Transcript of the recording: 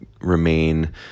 remain